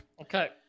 Okay